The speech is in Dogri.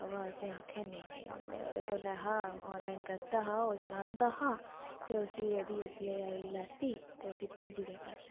असें आखेआ नेईं नेईं ओह् आनॅ लाइन चलांदा ते असें ओह्दी U P I I D लैती ते उस्सी भेज्जी ओड़े पैसे